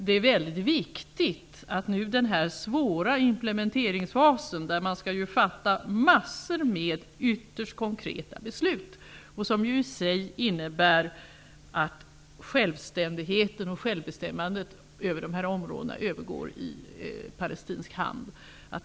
Det är väldigt viktigt att den svåra implementeringsfasen sköts av parterna själva, eftersom massor av konkreta beslut skall fattas som innebär att självständigheten och självbestämmandet i dessa områden övergår i palestinsk hand.